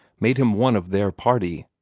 made him one of their party.